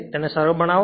તેને સરળ બનાવો